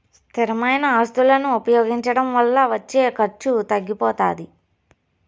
స్థిరమైన ఆస్తులను ఉపయోగించడం వల్ల వచ్చే ఖర్చు తగ్గిపోతాది